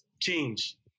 Change